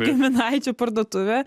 giminaičių parduotuvė